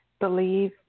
believe